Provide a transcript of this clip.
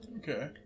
Okay